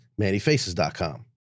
mannyfaces.com